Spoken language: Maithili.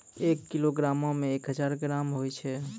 एक किलोग्रामो मे एक हजार ग्राम होय छै